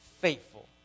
Faithful